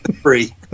free